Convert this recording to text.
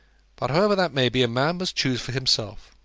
but, however that may be, a man must choose for himself.